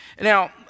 Now